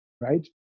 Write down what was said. right